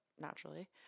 naturally